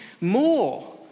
more